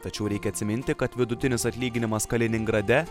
tačiau reikia atsiminti kad vidutinis atlyginimas kaliningrade